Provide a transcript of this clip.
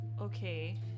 Okay